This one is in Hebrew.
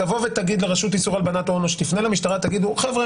תבוא ותגיד לרשות להלבנת הון או שתפנה למשטרה ותגידו: חבר'ה,